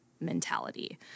Mentality